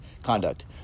conduct